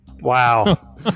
Wow